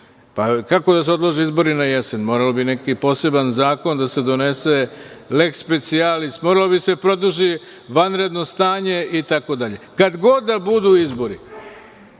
Kako da se odlože izbori na jesen, morao bi neki poseban zakon da se donese, leks specijalis, moralo bi da se produži vanredno stanje, i tako dalje. Kad god da budu izbori,